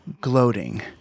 gloating